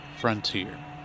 Frontier